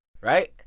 Right